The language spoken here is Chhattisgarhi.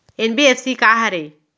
एन.बी.एफ.सी का हरे?